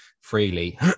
freely